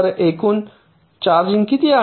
तर एकूण चार्ज किती आहे